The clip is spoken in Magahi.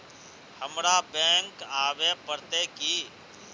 हमरा बैंक आवे पड़ते की?